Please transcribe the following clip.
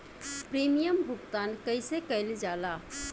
Premium भुगतान कइसे कइल जाला?